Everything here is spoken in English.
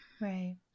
Right